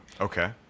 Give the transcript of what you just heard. Okay